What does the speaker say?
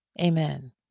Amen